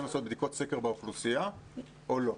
לעשות בדיקות סקר באוכלוסייה או לא.